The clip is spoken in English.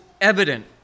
evident